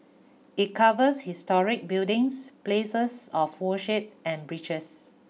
it covers historic buildings places of worship and bridges